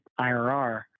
IRR